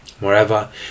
Moreover